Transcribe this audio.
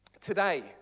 Today